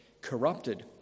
corrupted